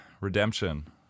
Redemption